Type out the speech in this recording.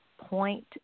point